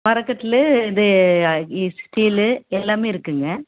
மரக்கட்டிலு இது ஆ சுத்தியல் எல்லாமே இருக்குங்க